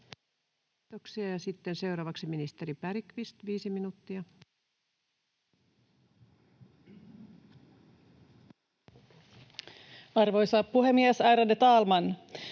Kiitoksia. — Sitten seuraavaksi ministeri Bergqvist, viisi minuuttia. Arvoisa puhemies, ärade talman!